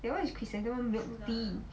that one is chrysanthemum milk tea